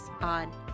on